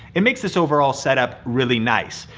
it makes this overall setup really nice.